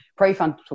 prefrontal